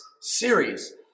series